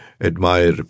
admire